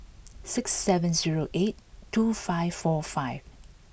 six seven zero eight two five four five